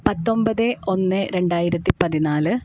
പത്തൊമ്പത് ഒന്ന് രണ്ടായിരത്തി പതിനാല്